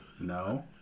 No